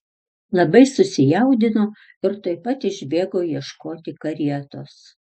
labai susijaudino ir tuoj pat išbėgo ieškoti karietos